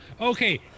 okay